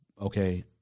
Okay